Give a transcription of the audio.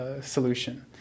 solution